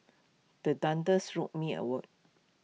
the thunders jolt me awake